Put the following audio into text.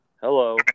Hello